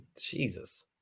Jesus